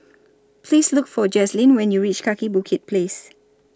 Please Look For Jazlene when YOU REACH Kaki Bukit Place